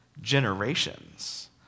generations